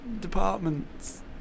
departments